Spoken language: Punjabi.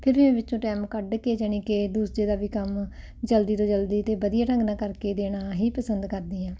ਫਿਰ ਮੈਂ ਵਿੱਚੋਂ ਟਾਈਮ ਕੱਢ ਕੇ ਯਾਨੀ ਕਿ ਦੂਸਰੇ ਦਾ ਵੀ ਕੰਮ ਜਲਦੀ ਤੋਂ ਜਲਦੀ ਅਤੇ ਵਧੀਆ ਢੰਗ ਨਾਲ ਕਰਕੇ ਦੇਣਾ ਹੀ ਪਸੰਦ ਕਰਦੀ ਹਾਂ